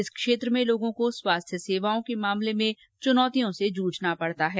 इस क्षेत्र में लोगों को स्वास्थ्य सेवाओं के मामले में चुनौतियों से जूझना पड़ता है